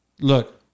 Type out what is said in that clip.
Look